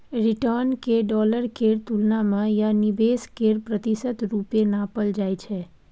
return केँ dollar केर तुलना मे या निबेश केर प्रतिशत रुपे नापल जाइ छै